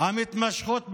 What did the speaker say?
המתמשכות ביישוב,